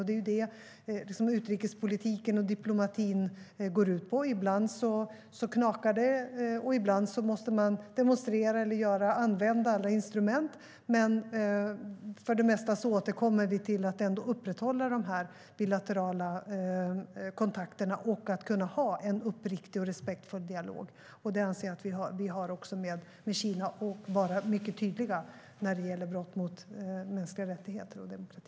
Det är det utrikespolitiken och diplomatin går ut på. Ibland knakar det. Ibland måste man demonstrera eller använda alla instrument. Men för det mesta återkommer vi ändå till att vi upprätthåller de bilaterala kontakterna och kan ha en uppriktig och respektfull dialog. Det anser jag att vi har också med Kina. Och vi ska vara mycket tydliga när det gäller brott mot mänskliga rättigheter och demokrati.